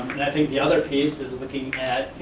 and i think the other piece is looking at,